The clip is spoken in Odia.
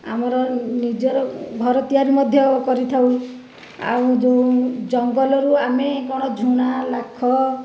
ଆମର ନିଜର ଘର ତିଆରି ମଧ୍ୟ କରିଥାଉ ଓ ଯେଉଁ ଜଙ୍ଗଲରୁ ଆମେ କ'ଣ ଝୁଣା ଲାଖ